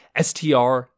STR